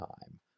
time